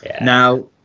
now